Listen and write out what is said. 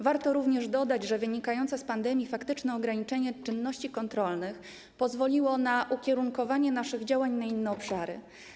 Warto również dodać, że wynikające z pandemii faktyczne ograniczenie czynności kontrolnych pozwoliło na ukierunkowanie naszych działań na inne obszary.